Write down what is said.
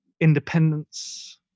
independence